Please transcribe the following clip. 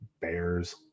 bears